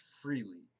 freely